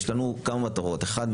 יש לנו כמה מטרות: אחת,